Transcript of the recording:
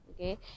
Okay